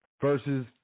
versus